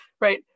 right